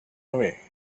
away